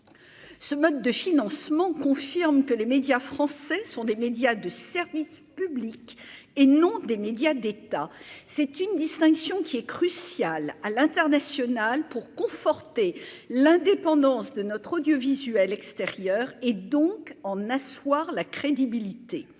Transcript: ce mode de financement, confirme que les médias français sont des médias de service public et non des médias d'État, c'est une distinction qui est crucial à l'international pour conforter l'indépendance de notre audiovisuel extérieur et donc en asseoir la crédibilité